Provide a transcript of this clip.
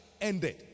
ended